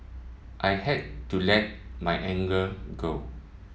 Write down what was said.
I had to let my anger go